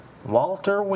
Walter